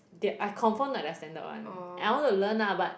that I confirm not their standard one and I wanna learn lah but